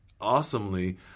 awesomely